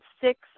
six